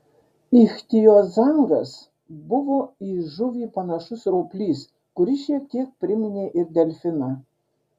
ichtiozauras buvo į žuvį panašus roplys kuris šiek tiek priminė ir delfiną